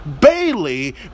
Bailey